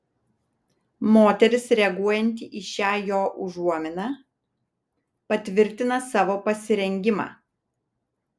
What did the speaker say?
moteris reaguojanti į šią jo užuominą patvirtina savo pasirengimą